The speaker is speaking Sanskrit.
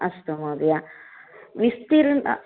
अस्तु महोदया विस्तीर्णम्